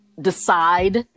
decide